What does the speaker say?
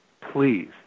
Please